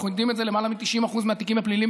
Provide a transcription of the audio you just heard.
אנחנו יודעים שלמעלה מ-90% מהתיקים הפליליים